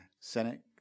Senate